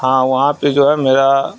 ہاں وہاں پہ جو ہے میرا